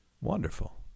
Wonderful